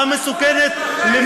מסוכנת לכל אזרחי ישראל.